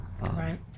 right